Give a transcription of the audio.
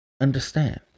understand